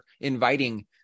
inviting